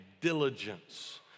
diligence